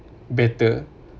better